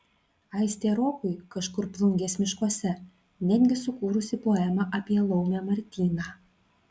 aistė rokui kažkur plungės miškuose netgi sukūrusi poemą apie laumę martyną